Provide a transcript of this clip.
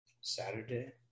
Saturday